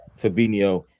Fabinho